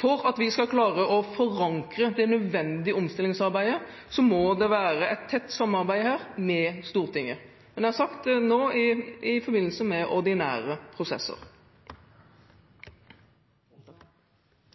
For at vi skal klare å forankre det nødvendige omstillingsarbeidet, må det være et tett samarbeid med Stortinget, men jeg har sagt i forbindelse med ordinære prosesser.